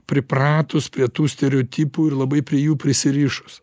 pripratus prie tų stereotipų ir labai prie jų prisirišus